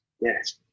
Yes